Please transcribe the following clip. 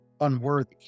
unworthy